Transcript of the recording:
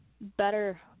better